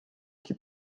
que